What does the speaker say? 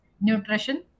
nutrition